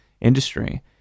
industry